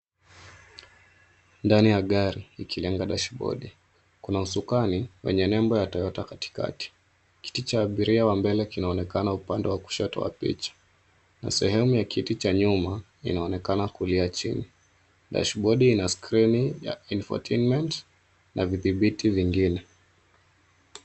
Ndani ya gari ikilenga dashibodi. Kuna usukani wenye nembo ya Toyota katikati. Kiti cha abiria wa mbele kinaonekana upande wa kushoto wa picha na sehemu ya kiti cha nyuma inaonekana kulia chini. Dashbodi ina skrini ya Infotainment na vidhibiti vingine.